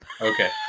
Okay